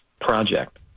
project